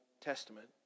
Testament